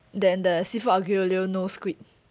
then the seafood aglio e olio no squid